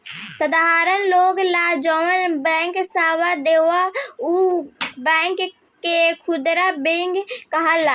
साधारण लोग ला जौन बैंक सेवा देला उ बैंक के खुदरा बैंकिंग कहाला